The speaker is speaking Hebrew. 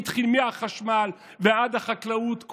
מהחשמל ועד החקלאות,